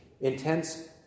Intense